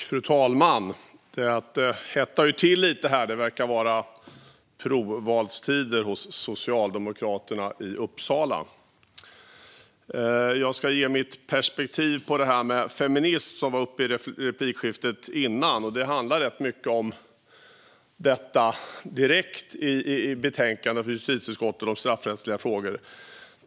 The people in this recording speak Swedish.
Fru talman! Det hettar till lite här. Det verkar vara provvalstider hos Socialdemokraterna i Uppsala. Jag ska ge mitt perspektiv på feminism, som var uppe i det tidigare replikskiftet. Det handlar mycket om det direkt i betänkandet från justitieutskottet om straffrättsliga frågor.